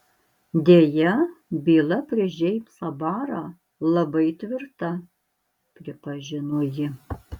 deja byla prieš džeimsą barą labai tvirta pripažino ji